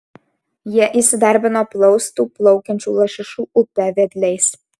jie įsidarbino plaustų plaukiančių lašišų upe vedliais